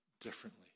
differently